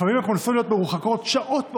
לפעמים הקונסוליות מרוחקות שעות רבות,